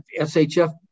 SHF